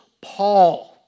Paul